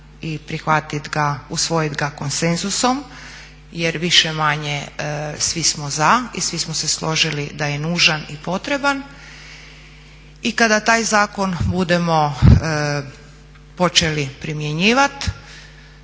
i prihvatit ga, usvojit ga konsenzusom jer više-manje svi smo za i svi smo se složili da je nužan i potreban. I kada taj zakon budemo počeli primjenjivati